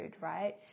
right